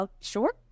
sure